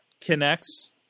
connects